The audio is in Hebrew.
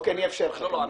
אני אאפשר לך כמובן.